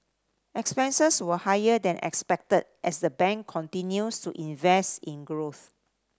expenses were higher than expected as the bank continues to invest in growth